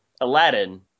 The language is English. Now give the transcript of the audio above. Aladdin